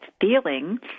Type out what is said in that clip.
feeling